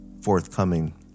forthcoming